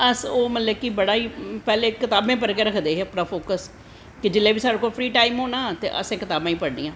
अस ओह् मतलव कि बड़ा ही पैह्लें कताबें पर गै रखदे हे अपनां फोक्स ते जिसलै बी साढ़े कोल फर्गी टैम होना ते असैं कताबां गै पढ़नियां